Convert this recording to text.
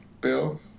Bill